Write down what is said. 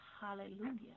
hallelujah